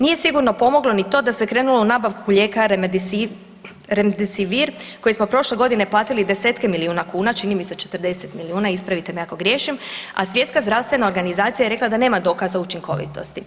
Nije sigurno pomoglo ni to da se krenulo u nabavku lijeka Remdesivir koji smo prošle godine platili desetke milijuna kuna, čini mi se 40 milijuna ispravite me ako griješim, a Svjetska zdravstvena organizacija je rekla da nema dokaza učinkovitosti.